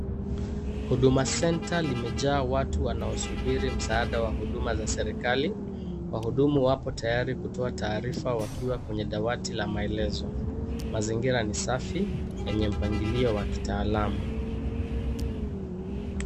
Huduma Center, limejaa watu wanaosubiri msaada wa huduma za serikali. Wahudumu wapo tayari kutoa taarifa wakiwa kwenye dawati la maelezo. Mazingira ni safi, yenye mpangilio wa kitaalamu.